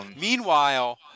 meanwhile